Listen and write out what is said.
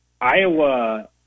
Iowa